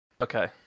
Okay